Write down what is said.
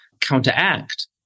counteract